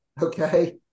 Okay